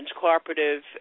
cooperative